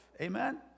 Amen